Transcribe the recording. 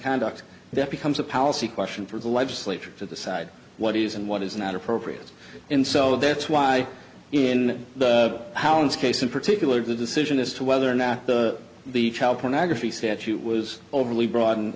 conduct that becomes a policy question for the legislature to the side what is and what is not appropriate and so that's why in the hounds case in particular the decision as to whether now the child pornography statute was overly broad